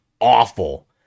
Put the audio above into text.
awful